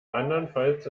andernfalls